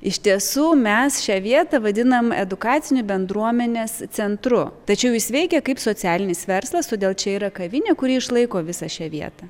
iš tiesų mes šią vietą vadinam edukaciniu bendruomenės centru tačiau jis veikia kaip socialinis verslas todėl čia yra kavinė kuri išlaiko visą šią vietą